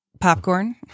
popcorn